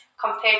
compared